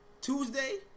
Tuesday